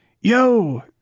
Yo